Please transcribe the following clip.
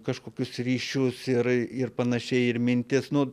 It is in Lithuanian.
kažkokius ryšius ir ir panašiai ir mintis nu